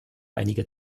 einige